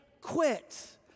quit